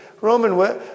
Roman